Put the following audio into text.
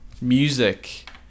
music